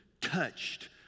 touched